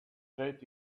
straight